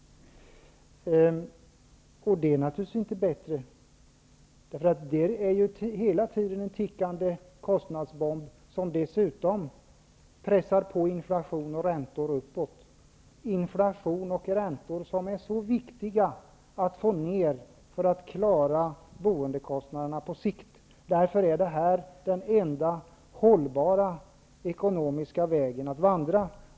Det är naturligtvis inte bättre. Det är hela tiden en tickande kostnadsbomb, som dessutom pressar inflation och räntor uppåt. Inflation och räntor som det är så viktigt att få ned för att klara boendekostnaderna på sikt. Därför är detta den enda hållbara ekonomiska vägen att vandra.